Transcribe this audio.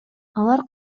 алар